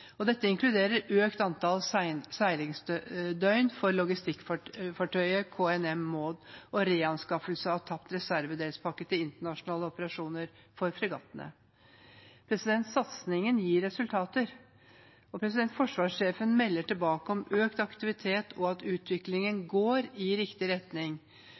Ingstad». Dette inkluderer økt antall seilingsdøgn for logistikkfartøyet KNM «Maud» og reanskaffelse av tapt reservedelspakke til internasjonale operasjoner for fregattene. Satsingen gir resultater, og forsvarssjefen melder tilbake om økt aktivitet og at utviklingen går i riktig retning.